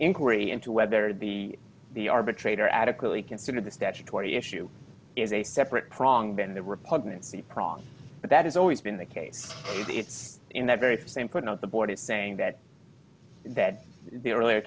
inquiry into whether the the arbitrator adequately considered the statutory issue is a separate prong than the repugnancy prong but that has always been the case it's in that very same put out the board is saying that that the earlier